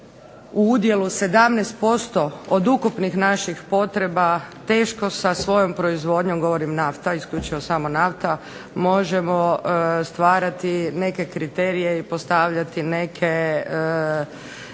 u udjelu 17% od ukupnih naših potreba teško sa svojom proizvodnjom, govorim nafta, isključivo samo nafta, možemo stvarati neke kriterije i postavljati neke